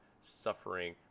suffering